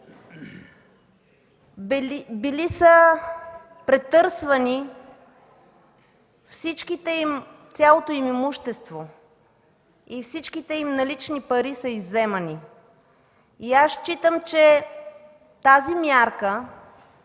били са претърсвани – цялото им имущество, всичките им налични пари са изземани. Считам, че тази мярка